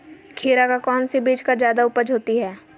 खीरा का कौन सी बीज का जयादा उपज होती है?